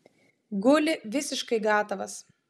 guli visiškai gatavas